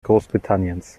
großbritanniens